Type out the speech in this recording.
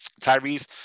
Tyrese